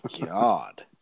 God